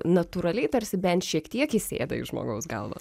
natūraliai tarsi bent šiek tiek įsėda į žmogaus galvą